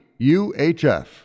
UHF